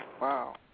Wow